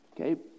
Okay